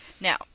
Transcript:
now